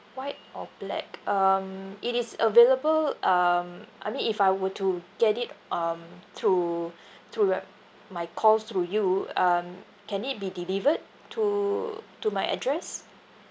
white or black um it is available um I mean if I were to get it um through through web my calls through you um can it be delivered to to my address